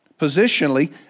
Positionally